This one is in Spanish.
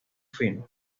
fino